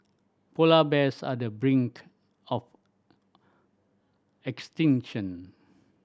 polar bears are the brink of extinction